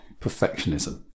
perfectionism